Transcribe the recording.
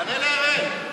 תענה לאראל.